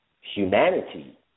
humanity